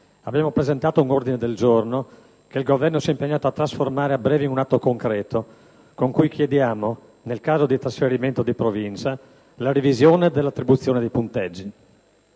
abbiamo presentato un ordine del giorno, che il Governo si è impegnato a trasformare a breve in un atto concreto, con cui chiediamo, nel caso di trasferimento di provincia, la revisione dell'attribuzione dei punteggi.